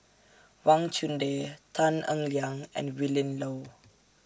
Wang Chunde Tan Eng Liang and Willin Low